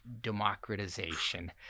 democratization